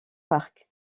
parc